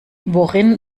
worin